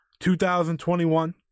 2021